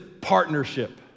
partnership